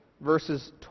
verses